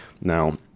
Now